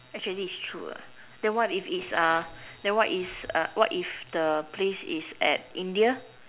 actually is true ah then what if is uh then what is uh what if the place is at India